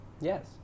Yes